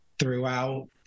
Throughout